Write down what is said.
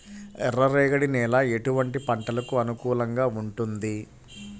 ఎర్ర రేగడి నేల ఎటువంటి పంటలకు అనుకూలంగా ఉంటుంది?